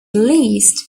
least